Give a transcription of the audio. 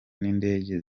n’indege